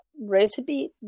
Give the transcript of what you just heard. recipe